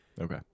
Okay